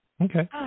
Okay